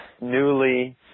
newly